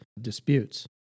disputes